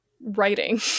writing